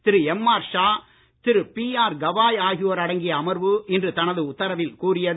திரு M R Shah திரு B R Gavai ஆகியோர் அடங்கிய அமர்வு இன்று தனது உத்தரவில் கூறியது